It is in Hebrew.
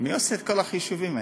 מי עושה את כל החישובים הללו?